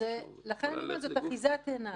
לכן אני אומרת שזאת אחיזת עיניים.